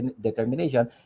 determination